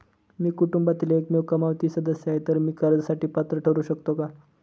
मी कुटुंबातील एकमेव कमावती सदस्य आहे, तर मी कर्जासाठी पात्र ठरु शकतो का?